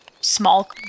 small